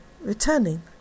returning